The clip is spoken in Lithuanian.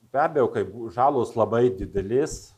be abejo kaip žalos labai didelės